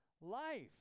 life